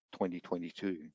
2022